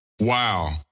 Wow